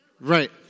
Right